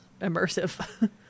immersive